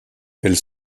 elles